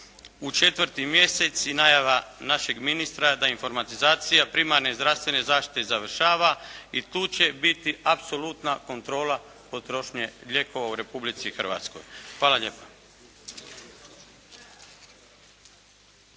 u četvrti mjesec i najava našeg ministra da informatizacija primarne i zdravstvene zaštite završava i tu će biti apsolutna kontrola potrošnje lijekova u Republici Hrvatskoj. Hvala lijepa.